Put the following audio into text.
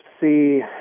see